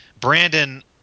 Brandon